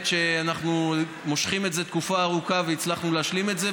אנחנו מושכים את זה תקופה ארוכה והצלחנו להשלים את זה.